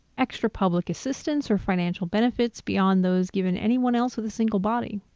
extra public assistance or financial benefits beyond those given anyone else with a single body.